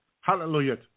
Hallelujah